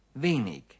wenig